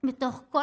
בתוך כל